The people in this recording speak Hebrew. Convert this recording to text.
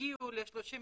הגיעו ל-35%,